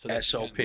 SOP